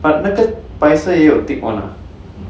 but 那个白色也有 thick [one] ah